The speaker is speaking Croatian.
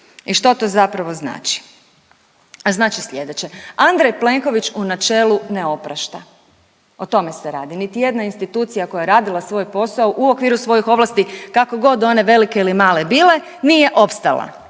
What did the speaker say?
I što to zapravo znači? A znači slijedeće, Andrej Plenković u načelu ne oprašta. O tome se radi. Niti jedna institucija koja je radila svoj posao u okviru svojih ovlasti kako god one velike ili male bile nije opstala,